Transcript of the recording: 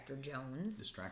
Jones